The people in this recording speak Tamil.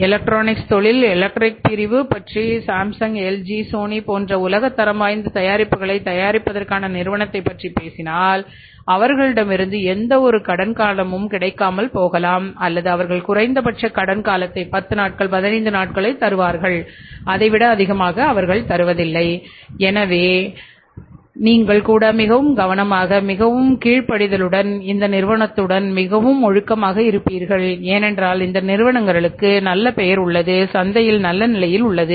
எலக்ட்ரானிக்ஸ் தொழில் எலக்ட்ரானிக் பிரிவு பற்றி சாம்சங் எல்ஜி சோனி போன்ற உலகத் தரம் வாய்ந்த தயாரிப்புகளைத் தயாரிப்பதற்கான நிறுவனத்தைப் பற்றி பேசினால் அவர்களிடமிருந்து எந்தவொரு கடன் காலமும் கிடைக்காமல் போகலாம் அல்லது அவர்கள் குறைந்தபட்ச கடன் காலத்தை 10 நாட்கள் 15 நாட்கள் தருகிறார்கள் அதை விட அதிகமாக அவர்கள் தருவதில்லை எனவே நீங்கள் கூட மிகவும் கவனமாக மிகவும் கீழ்ப்படிதலுடன் இந்த நிறுவனங்களுடன் மிகவும் ஒழுக்கமாக இருப்பீர்கள் ஏனென்றால் இந்த நிறுவனங்களுக்கு நல்ல பெயர் சந்தையில் நல்ல நிலையில் உள்ளது